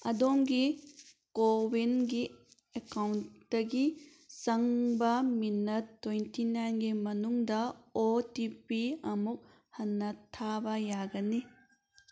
ꯑꯗꯣꯝꯒꯤ ꯀꯣꯋꯤꯟꯒꯤ ꯑꯦꯀꯥꯎꯟꯇꯒꯤ ꯆꯪꯕ ꯃꯤꯅꯠ ꯇ꯭ꯋꯦꯟꯇꯤ ꯅꯥꯏꯟꯒꯤ ꯃꯅꯨꯡꯗ ꯑꯣ ꯇꯤ ꯄꯤ ꯑꯃꯨꯛ ꯍꯟꯅ ꯊꯥꯕ ꯌꯥꯒꯅꯤ